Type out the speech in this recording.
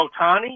Otani